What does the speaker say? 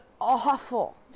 awful